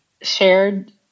shared